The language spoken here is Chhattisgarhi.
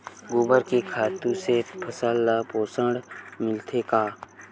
गोबर के खातु से फसल ल पोषण मिलथे का?